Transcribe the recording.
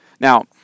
Now